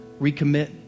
recommit